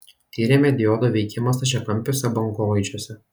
tyrėme diodo veikimą stačiakampiuose bangolaidžiuose